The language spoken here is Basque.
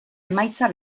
emaitza